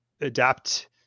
adapt